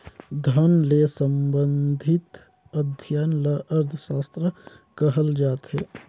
धन ले संबंधित अध्ययन ल अर्थसास्त्र कहल जाथे